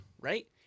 right